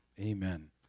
Amen